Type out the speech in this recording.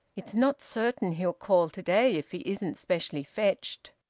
it's not certain he'll call to-day if he isn't specially fetched.